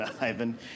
Ivan